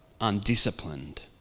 undisciplined